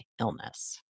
illness